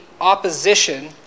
opposition